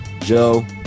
Joe